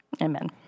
amen